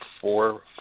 four